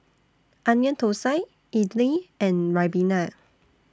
Onion Thosai Idly and Ribena